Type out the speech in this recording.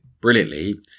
brilliantly